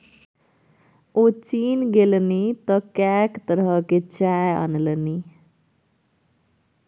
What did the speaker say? ओ चीन गेलनि तँ कैंक तरहक चाय अनलनि